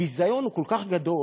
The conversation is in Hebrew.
הביזיון הוא כל כך גדול,